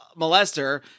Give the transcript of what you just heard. molester